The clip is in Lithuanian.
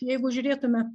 jeigu žiūrėtume